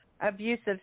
abusive